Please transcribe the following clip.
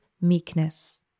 meekness